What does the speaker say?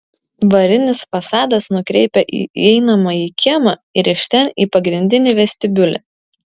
varinis fasadas nukreipia į įeinamąjį kiemą ir iš ten į pagrindinį vestibiulį